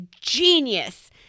genius